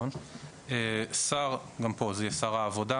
וגם שר העבודה.